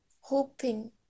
hoping